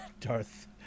Darth